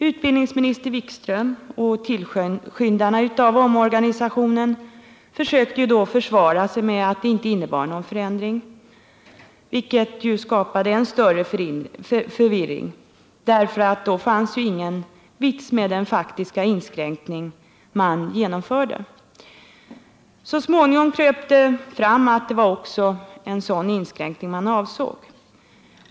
Utbildningsminister Wikström och tillskyndarna av omorganisationen försökte då försvara sig med att det inte innebar någon förändring gentemot nuläget, vilket skapade än större förvirring, därför att det ju då inte var någon vits med den faktiska inskränkning i yttrandefriheten som genomfördes. Så småningom kröp det fram att det var en sådan inskränkning man avsåg.